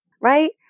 Right